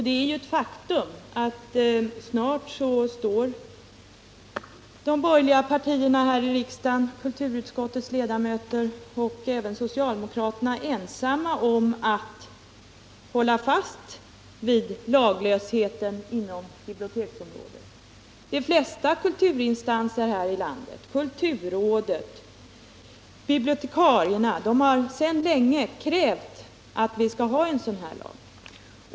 Det är ju ett faktum att de borgerliga partierna i riksdagen, kulturutskottets ledamöter och även socialdemokraterna snart är ensamma om att hålla fast vid laglösheten på biblioteksområdet. De flesta kulturinstanser här i landet, bl.a. kulturrådet och bibliotekarierna, har sedan länge krävt att vi skall ha en sådan här lag.